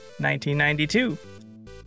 1992